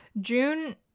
June